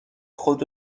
خود